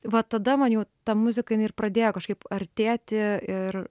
va tada man jau ta muzika jin ir pradėjo kažkaip artėti ir